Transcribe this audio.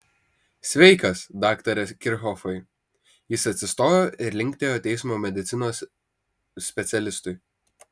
sveikas daktare kirchhofai jis atsistojo ir linktelėjo teismo medicinos specialistui